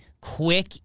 Quick